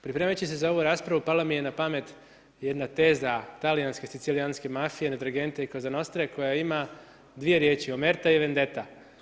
Pripremajući se za ovu raspravu pala mi je na pamet jedna teza talijanske sicilijanske mafije Nostra Gente i Cosa nostre koja ima dvije riječi Omerta i Vendetta.